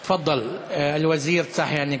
תפאדל, אל-וזיר צחי הנגבי.